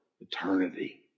eternity